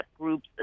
groups